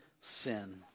sin